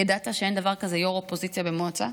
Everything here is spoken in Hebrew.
ידעת שאין דבר כזה יו"ר אופוזיציה במועצה?